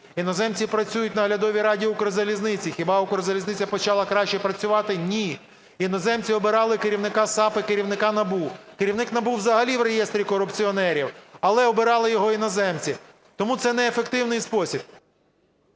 Іноземці працюють в наглядові раді Укрзалізниці. Хіба Укрзалізниця почала краще працювати? Ні. Іноземці обирали керівника САП і керівника НАБУ. Керівник НАБУ взагалі в реєстрі корупціонерів, але обирали його іноземці. Тому це неефективний спосіб.